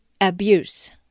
abuse